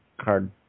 card